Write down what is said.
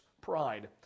pride